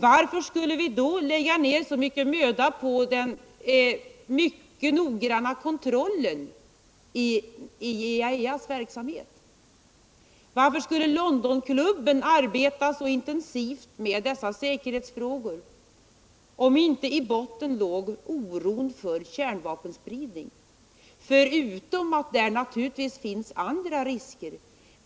Varför skulle vi då lägga ned så mycken möda på den mycket noggranna kontrollen av IAEA:s verksamhet? Varför skulle Londonklubben arbeta så intensivt med dessa säkerhetsfrågor, om inte i botten låg oron för kärnvapenspridning? Det finns därutöver också vissa andra risker.